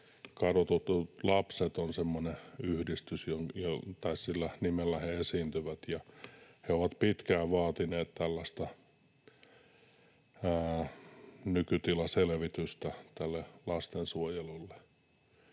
Kadotetut lapset on semmoinen yhdistys, tai sillä nimellä he esiintyvät, joka on pitkään vaatinut tällaista nykytilan selvitystä lastensuojelusta.